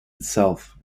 itself